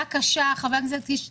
חבר הכנסת קיש צודק,